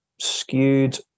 skewed